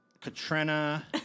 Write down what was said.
Katrina